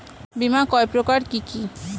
বীমা কয় প্রকার কি কি?